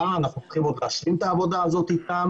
- אנחנו עוד צריכים להשלים את העבודה הזאת אתם